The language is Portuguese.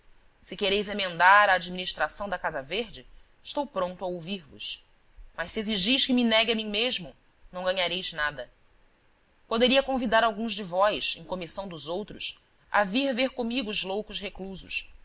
se quereis emendar a administração da casa verde estou pronto a ouvir-vos mas se exigis que me negue a mim mesmo não ganhareis nada poderia convidar alguns de vós em comissão dos outros a vir ver comigo os loucos reclusos